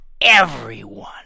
everyone